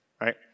Right